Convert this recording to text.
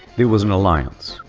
there was an alliance,